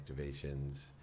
activations